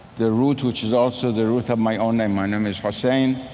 the root which is also the root of my own name, my name is hossein,